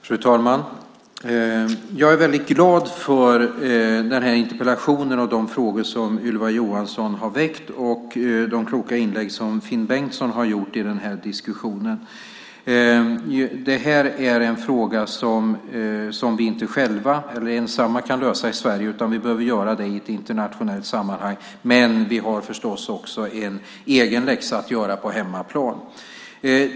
Fru talman! Jag är väldigt glad för den här interpellationen och de frågor som Ylva Johansson har väckt och de kloka inlägg som Finn Bengtsson har gjort i den här diskussionen. Det här är en fråga som vi inte ensamma kan lösa i Sverige. Vi behöver göra det i ett internationellt sammanhang, men vi har också en egen läxa att göra på hemmaplan.